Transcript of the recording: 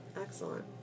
Excellent